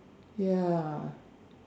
ya